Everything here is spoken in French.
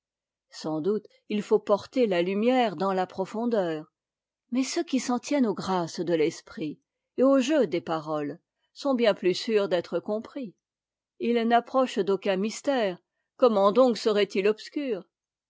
sans doute il faut porter la lumière dans la profondeur mais ceux qui s'en tiennent aux grâces de l'esprit et aux jeux des paroles sont bien plus sûrs d'être compris ils n'approchent d'aucun mystère comment donc seraient-ils obscurs